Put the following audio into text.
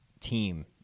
team